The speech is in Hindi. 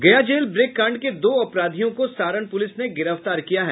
गया जेल ब्रेक कांड के दो अपराधियों को सारण पुलिस ने गिरफ्तार किया है